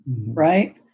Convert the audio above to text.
right